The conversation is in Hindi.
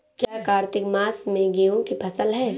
क्या कार्तिक मास में गेहु की फ़सल है?